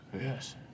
Yes